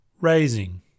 raising